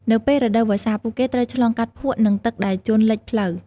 នៅពេលរដូវវស្សាពួកគេត្រូវឆ្លងកាត់ភក់និងទឹកដែលជន់លិចផ្លូវ។